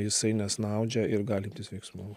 jisai nesnaudžia ir gali imtis veiksmų